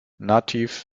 nativ